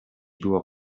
było